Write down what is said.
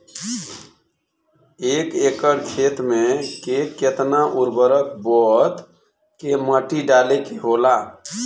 एक एकड़ खेत में के केतना उर्वरक बोअत के माटी डाले के होला?